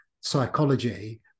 psychology